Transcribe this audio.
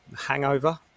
hangover